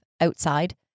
outside